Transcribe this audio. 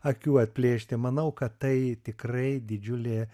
akių atplėšti manau kad tai tikrai didžiulė